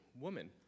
Woman